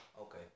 Okay